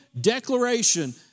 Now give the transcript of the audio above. declaration